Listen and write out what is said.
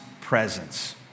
presence